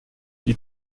die